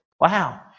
Wow